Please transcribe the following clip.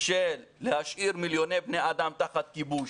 של להשאיר מיליוני בני אדם תחת כיבוש,